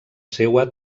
seua